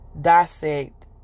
dissect